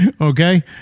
okay